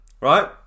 right